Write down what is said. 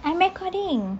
I'm recording